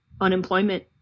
unemployment